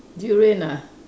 durian ah